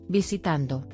Visitando